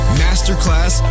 masterclass